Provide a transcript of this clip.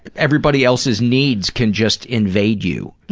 everybody else's needs can just invade you.